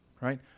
right